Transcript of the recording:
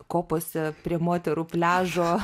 kopose prie moterų pliažo